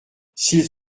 s’ils